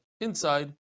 inside